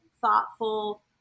thoughtful